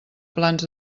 plans